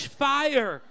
fire